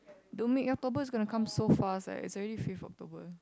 dude mid October is gonna come so fast eh it's already fifth October